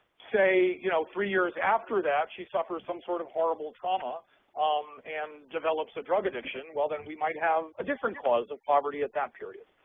say, you know three years after that, she suffers some sort of horrible trauma um and develops a drug addiction, well then we might have a different cause of poverty at that period.